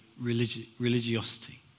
religiosity